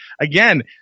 Again